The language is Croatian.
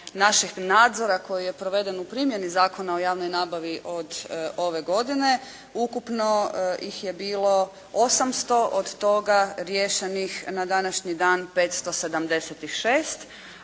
naših nadzora koji je proveden u primjeni Zakona o javnoj nabavi od ove godine, ukupno ih je bilo 800, od toga riješenih na današnji dan 576.